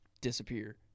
disappear